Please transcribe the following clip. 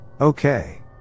okay